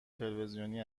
تلویزیونی